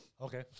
Okay